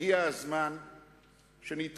הגיע הזמן שנתעורר,